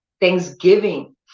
Thanksgiving